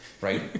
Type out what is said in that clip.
Right